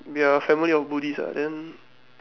their family all buddhist ah then